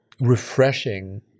refreshing